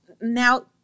now